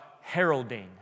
heralding